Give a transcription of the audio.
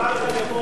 לא היתה שום הודעה.